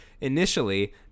initially